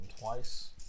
twice